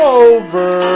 over